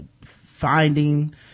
finding